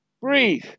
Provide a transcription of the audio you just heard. Breathe